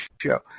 show